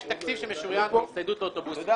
יש תקציב שמשוריין להצטיידות אוטובוסים.